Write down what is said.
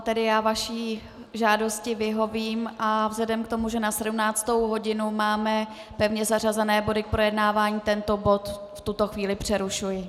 Tedy já vaší žádosti vyhovím a vzhledem k tomu, že na 17. hodinu máme pevně zařazené body k projednávání, tento bod v tuto chvíli přerušuji.